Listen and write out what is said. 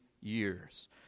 years